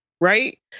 Right